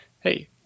hey